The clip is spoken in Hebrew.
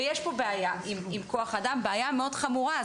ויש פה בעיה עם כוח האדם, בעיה מאוד חמורה.